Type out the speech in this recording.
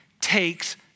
takes